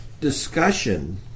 discussion